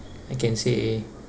I can say